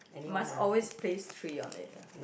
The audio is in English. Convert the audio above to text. must always place three on it